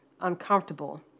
uncomfortable